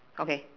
okay